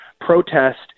protest